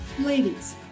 Ladies